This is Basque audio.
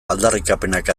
aldarrikapenak